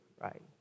right